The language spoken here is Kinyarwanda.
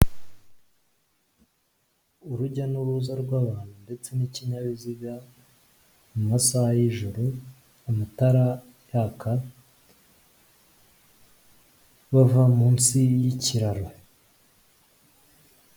Urujya n'uruza rw'abantu ndetse n'ikinyabiziga, mu masaha y'ijoro, amatara yaka, bava munsi y'ikiraro.